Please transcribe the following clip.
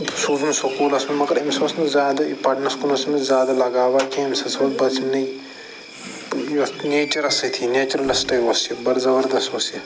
سوٗزُن سکوٗلَس مَنٛز مگر أمِس اوس نہٕ زیادٕ پَرنَس کُن اوس أمس زیادٕ لگاوا کینٛہہ أمِس ہَسا یہِ اوس نیچَرَس سۭتی نیچرَلِسٹَے اوس یہِ بَڑٕ زَبَردَس اوس یہِ